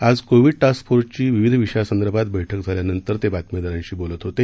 आज कोविड टास्कफोर्सची विविध विषया संदर्भात बैठक झाल्यानंतर बातमीदारांशी ते बोलत होते